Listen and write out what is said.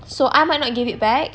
so I might not give it back